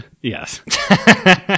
Yes